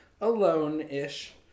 alone-ish